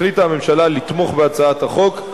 החליטה הממשלה לתמוך בהצעת החוק,